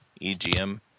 EGM